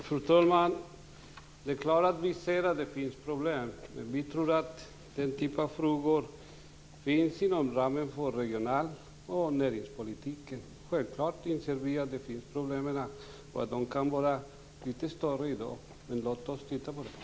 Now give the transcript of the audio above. Fru talman! Det är klart att vi ser problemen. Den här typen av frågor finns inom regional och näringspolitiken. Självklart inser vi att det finns problem och att de kanske är litet större i dag. Men låt oss titta på det.